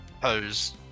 pose